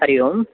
हरिः ओम्